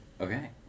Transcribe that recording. Okay